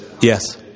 Yes